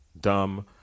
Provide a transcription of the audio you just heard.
dumb